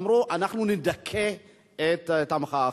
אמרו: אנחנו נדכא את המחאה החברתית.